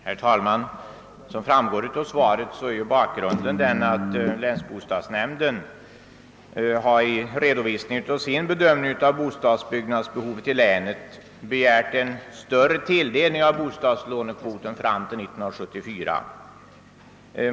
Herr talman! Såsom framgår av svaret på min fråga är bakgrunden till denna att länsbostadsnämnden i Värmlands län på grundval av sin bedömning av bostadsbyggnadsbehovet i länet begärt en större tilldelning av bostadslånekvot fram till 1974.